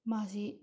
ꯃꯥꯁꯤ